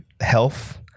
health